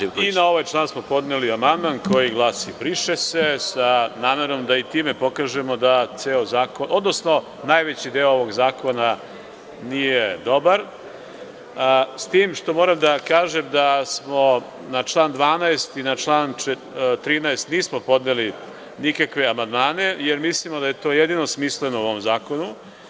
I na ovaj član smo podneli amandman koji glasi – briše se, sa namerom da i time pokažemo da ceo zakon, odnosno najveći deo ovog zakona nije dobar, s tim što moram da kažem da na član 12. i na član 13. nismo podneli nikakve amandmane, jer mislimo da je to jedino smisleno u ovom zakonu.